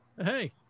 Hey